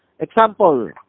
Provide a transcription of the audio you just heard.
Example